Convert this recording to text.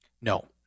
No